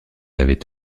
avait